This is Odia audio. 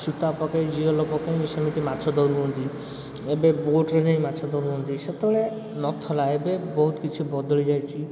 ସୂତା ପକେଇ ଜିଅଲ ପକେଇ ସେମିତି ମାଛ ଧରୁଛନ୍ତି ଏବେ ବୋଟ୍ରେ ଯାଇ ମାଛ ଧରୁଛନ୍ତି ସେତେବେଳେ ନଥଲା ଏବେ ବହୁତ କିଛି ବଦଳି ଯାଇଛି